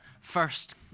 first